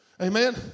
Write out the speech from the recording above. Amen